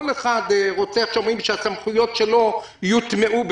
כל אחד רוצה שהסמכויות שלו יוטמעו.